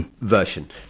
version